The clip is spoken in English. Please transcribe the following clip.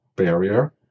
Barrier